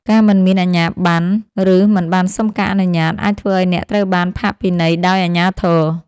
ការមិនមានអាជ្ញាប័ណ្ណ ឬមិនបានសុំការអនុញ្ញាត អាចធ្វើឱ្យអ្នកត្រូវបានផាកពិន័យដោយអាជ្ញាធរ។